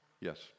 Yes